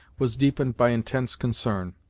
was deepened by intense concern.